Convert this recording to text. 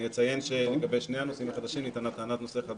אני אציין שלגבי שני הנושאים החדשים נטענה טענת נושא חדש,